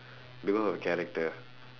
because of character